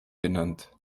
genannt